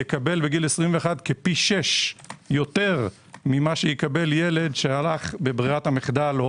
יקבל בגיל 21 פי שישה יותר ממה שיקבל ילד שהלך בברירת המחדל או